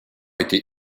été